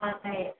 ꯑꯥ ꯇꯥꯏꯌꯦ